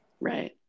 Right